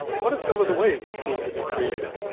what are some of the ways i seem to be creative?